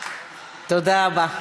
תודה רבה.